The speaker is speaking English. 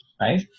Right